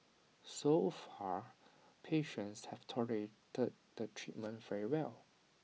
so far patients have tolerated the treatment very well